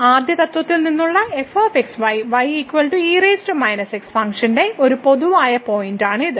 ആദ്യ തത്ത്വത്തിൽ നിന്നുള്ള f x y ഫംഗ്ഷന്റെ ഒരു പൊതു പോയിന്റാണ് ഇത്